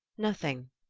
nothing.